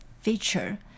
feature